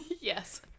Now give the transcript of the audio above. yes